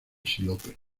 sinople